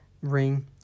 ring